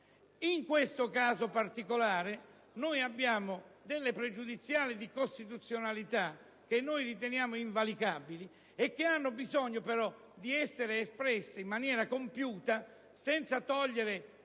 In questo caso particolare, abbiamo delle pregiudiziali di costituzionalità che riteniamo invalicabili e che hanno bisogno però di essere espresse in maniera compiuta, senza togliere